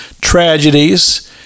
tragedies